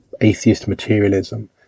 Atheist-Materialism